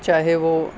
چاہے وہ